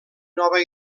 nova